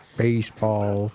baseball